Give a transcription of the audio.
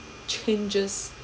changes